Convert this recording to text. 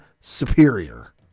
superior